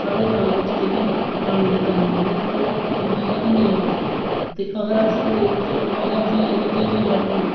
साढे ग्रां बिच्च जेहकी पानी दी कमी ऐ ओह् औंदी ऐ कि नेईं ऐ अगर अस विलेज बिच्च रोहन्ने आं ते असें गी एहदे केह् केह् फैक्ट न